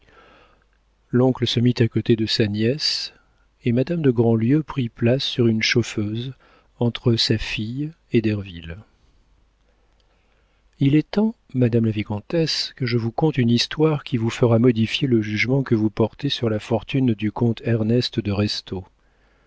l'oncle se mit à côté de sa nièce et madame de grandlieu prit place sur une chauffeuse entre sa fille et derville il est temps madame la vicomtesse que je vous conte une histoire qui vous fera modifier le jugement que vous portez sur la fortune du comte ernest de